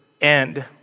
end